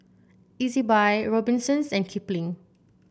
Ezbuy Robinsons and Kipling